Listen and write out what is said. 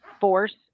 force